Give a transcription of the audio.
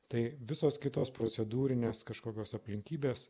tai visos kitos procedūrinės kažkokios aplinkybės